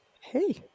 Hey